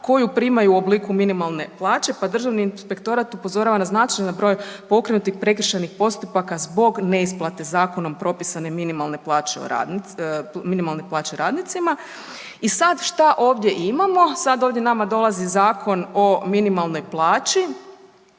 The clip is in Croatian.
koju primaju u obliku minimalne plaće, pa Državni inspektorat upozorava na značajan broj pokrenutih prekršajnih postupaka zbog neisplate zakonom propisane minimalne plaće radnicima. I sad šta ovdje imamo? Sad ovdje nama dolazi Zakon o minimalnoj plaći